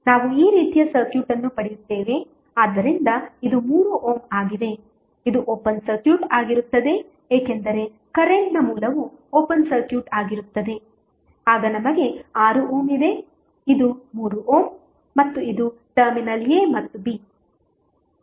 ನಾವು ಈ ರೀತಿಯ ಸರ್ಕ್ಯೂಟ್ ಅನ್ನು ಪಡೆಯುತ್ತೇವೆ ಆದ್ದರಿಂದ ಇದು 3 ಓಮ್ ಆಗಿದೆ ಇದು ಓಪನ್ ಸರ್ಕ್ಯೂಟ್ ಆಗಿರುತ್ತದೆ ಏಕೆಂದರೆ ಕರೆಂಟ್ನ ಮೂಲವು ಓಪನ್ ಸರ್ಕ್ಯೂಟ್ ಆಗಿರುತ್ತದೆ ಆಗ ನಿಮಗೆ 6 ಓಮ್ ಇದೆ ಇದು 3 ಓಮ್ ಮತ್ತು ಇದು ಟರ್ಮಿನಲ್ a ಮತ್ತು b